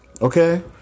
Okay